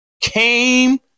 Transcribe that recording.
came